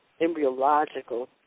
embryological